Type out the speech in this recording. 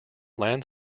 land